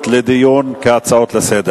בהצעה הזאת